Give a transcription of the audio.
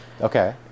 okay